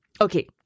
Okay